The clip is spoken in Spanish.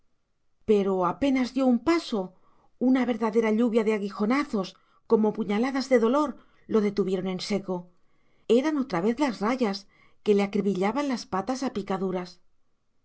pero apenas dio un paso una verdadera lluvia de aguijonazos como puñaladas de dolor lo detuvieron en seco eran otra vez las rayas que le acribillaban las patas a picaduras